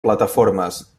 plataformes